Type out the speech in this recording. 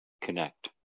connect